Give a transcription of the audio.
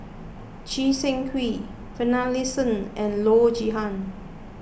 Choo Seng Quee Finlayson and Loo Zihan